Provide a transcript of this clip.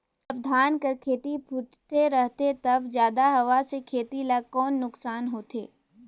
जब धान कर खेती फुटथे रहथे तब जादा हवा से खेती ला कौन नुकसान होथे?